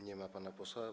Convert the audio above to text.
Nie ma pana posła.